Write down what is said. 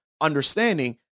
understanding